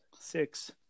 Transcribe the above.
Six